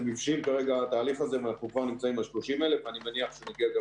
הבשיל התהליך הזה ואנחנו כבר נמצאים על 30,000. אני מניח שנגיע גם